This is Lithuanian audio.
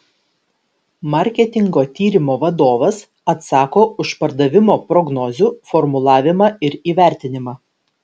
marketingo tyrimo vadovas atsako už pardavimo prognozių formulavimą ir įvertinimą